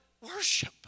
worship